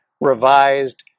revised